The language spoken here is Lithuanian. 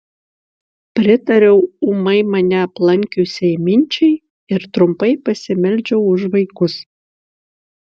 pritariau ūmai mane aplankiusiai minčiai ir trumpai pasimeldžiau už vaikus